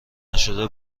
نشده